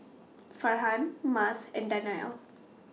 Farhan Mas and Danial